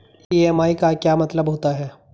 EMI का क्या मतलब होता है?